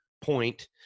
point